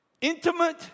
intimate